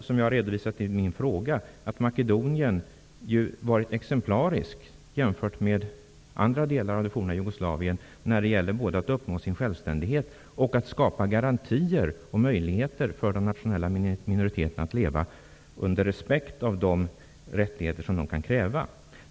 Som jag redovisat i min fråga har ju Makedonien varit exemplariskt jämfört med andra delar av det forna Jugoslavien när det gäller både att uppnå sin självständighet och att skapa garantier och möjligheter för de nationella minoriteterna att leva under respekt för de rättigheter som de kan kräva.